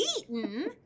eaten